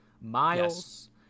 Miles